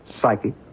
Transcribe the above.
psychic